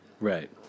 Right